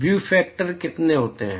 view factor कितने होते हैं